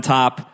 top